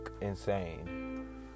insane